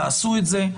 תעשו את זה.